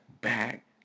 back